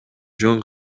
жөн